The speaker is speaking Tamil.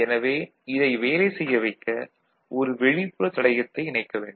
எனவே இதை வேலை செய்ய வைக்க ஒரு வெளிப்புற தடையத்தை இணைக்க வேண்டும்